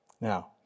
now